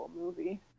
movie